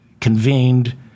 convened